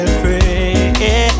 free